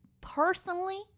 personally